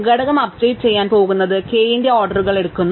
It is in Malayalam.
ഘടകം അപ്ഡേറ്റ് ചെയ്യാൻ പോകുന്നത് k ന്റെ ഓർഡറുകൾ എടുക്കുന്നു